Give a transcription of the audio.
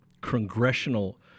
congressional